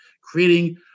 creating